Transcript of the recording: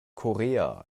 korea